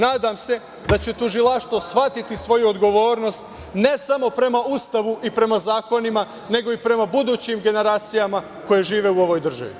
Nadam se da će tužilaštvo shvatiti svoju odgovornost, ne samo prema Ustavu i prema zakonima, nego i prema budućim generacijama koje žive u ovoj državi.